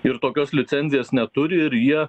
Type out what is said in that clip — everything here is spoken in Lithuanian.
ir tokios licencijos neturi ir jie